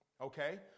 Okay